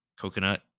coconut